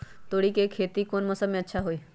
तोड़ी के खेती कौन मौसम में अच्छा होई?